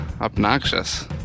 obnoxious